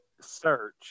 search